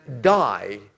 die